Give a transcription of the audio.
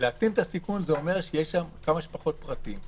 כלומר שיהיו שם כמה שפחות פרטים.